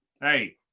Hey